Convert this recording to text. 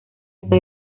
esa